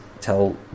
tell